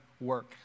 work